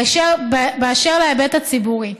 באשר להיבט הציבורי,